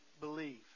believe